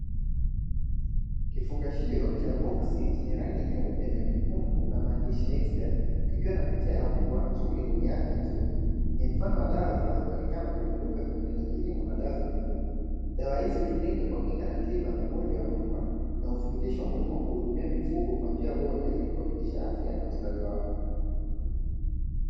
Kifungashio cha boski chenye rangi nyeusi na njano nyekundu na maandishi "nekti gadi", kikiwa na picha ya mbwa mzuri mwenye afya nzuri, ni mfano wa dawa zinazopatikana katika maduka ya pembejeo za kilimo na dawa za mifugo. Dawa hizi hutumika kwa kinga na tiba ya magonjwa ya mbwa na uthibitisho muhimu wa kuhudumia mifugo kwa njia bora ili kuhakikisha afya na ustawi wao.